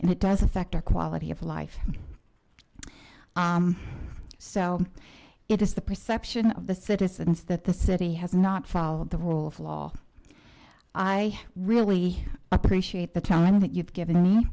and it doesn't affect our quality of life so it is the perception of the citizens that the city has not followed the rule of law i really appreciate the town of that you've given me